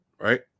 Right